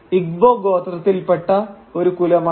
Igbo ഗോത്രത്തിൽ പെട്ട ഒരു കുലം ആണ്